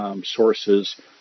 sources